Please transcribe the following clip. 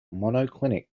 monoclinic